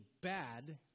bad